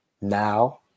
now